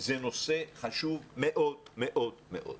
זה נושא חשוב מאוד מאוד מאוד.